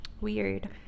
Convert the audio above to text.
weird